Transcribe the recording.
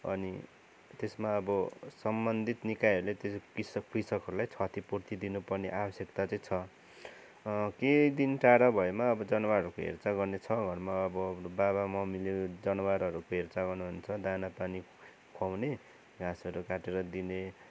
अनि त्यसमा अब सम्बन्धित निकायहरूले कृषक कृषकहरूलाई क्षतिपूर्ती दिनपर्ने आवश्यकता चाहिँ छ केही दिन टाढा भएमा अब जनावरहरूको हेरचाह गर्ने छ घरमा अब बाबा मम्मीले जनावरहरूको हेरचाह गर्नुहुन्छ दाना पानी खुवाउने घाँसहरू काटेर दिने